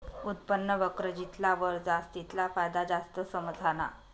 उत्पन्न वक्र जितला वर जास तितला फायदा जास्त समझाना